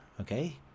okay